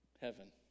Heaven